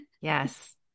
Yes